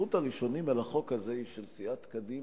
היא של סיעת קדימה,